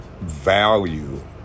value